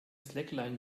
slackline